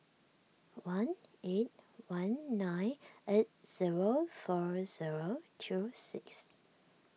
one eight one nine eight zero four zero two six